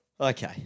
Okay